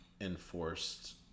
enforced